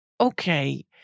okay